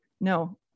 no